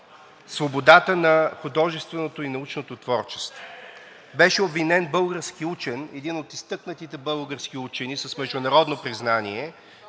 свободата на художественото и научното творчество. Беше обвинен български учен, един от изтъкнатите български учени с международно признание,